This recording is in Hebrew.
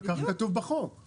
אבל כך כתוב בחוק.